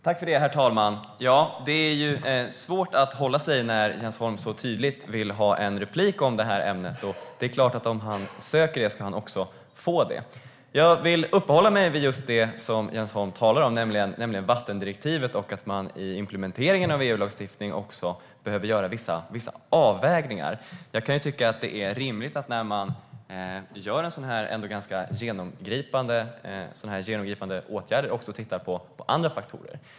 Herr talman! Det är svårt att hålla sig när Jens Holm så tydligt vill ha en replik om det här ämnet, och det är klart att om han söker det ska han också få det. Jag vill uppehålla mig vid just det som Jens Holm talar om, nämligen vattendirektivet och att man vid implementeringen av EU-lagstiftningen behöver göra vissa avvägningar. När en sådan här ändå ganska genomgripande åtgärd vidtas kan jag tycka att det är rimligt att också titta på andra faktorer.